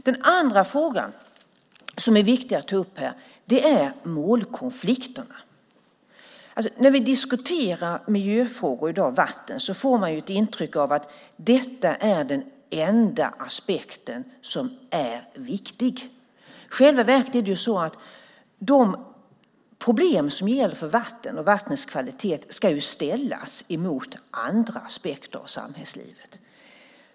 Den andra frågan som är viktig att ta upp här är målkonflikterna. När vi diskuterar miljöfrågor i dag och vatten får man ett intryck av att detta är den enda aspekten som är viktig. I själva verket ska de problem som gäller för vatten och vattnets kvalitet ställas emot andra aspekter av samhällslivet.